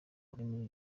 rurimi